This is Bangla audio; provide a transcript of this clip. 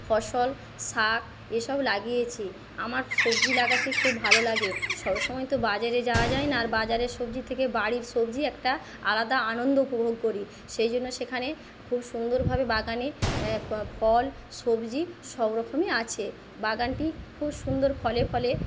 ফসল শাক এসব লাগিয়েছি আমার সবজি লাগাতে খুব ভালো লাগে সবসময় তো বাজারে যাওয়া যায় না আর বাজারের সবজির থেকে বাড়ির সবজির একটা আলাদা আনন্দ উপভোগ করি সেই জন্য সেখানে খুব সুন্দরভাবে বাগানে ফল সবজি সবরকমই আছে বাগানটি খুব সুন্দর ফলে ফলে